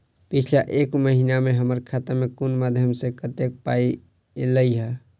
पिछला एक महीना मे हम्मर खाता मे कुन मध्यमे सऽ कत्तेक पाई ऐलई ह?